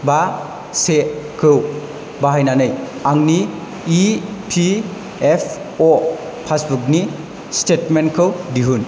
बा से खौ बाहायनानै आंनि इ पि एफ अ फासबुकनि स्टेतमेन्टखौ दिहुन